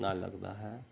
ਨਾਲ ਲੱਗਦਾ ਹੈ